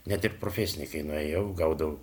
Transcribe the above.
net ir profesinėj kai nuėjau gaudau